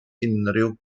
unrhyw